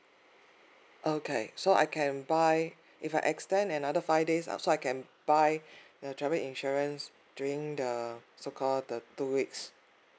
okay so I can buy if I extend another five days uh so I can buy the travel insurance during the so called the two weeks